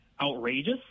outrageous